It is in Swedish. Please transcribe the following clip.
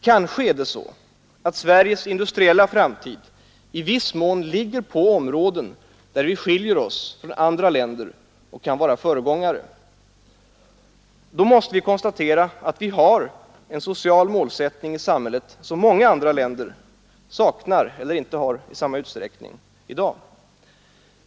Kanske är det så att Sveriges industriella framtid i viss mån ligger på områden där vi skiljer oss från andra länder och kan vara föregångare. Då måste vi konstatera att vi har en social m ttning i samhället som många andra länder saknar eller inte har i samma utsträckning i dag.